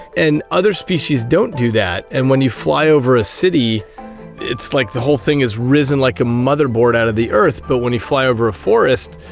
and other species don't do that. and when you fly over a city it's like the whole thing has risen like a motherboard out of the earth, but when you fly over a forest,